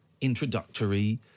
introductory